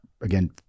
again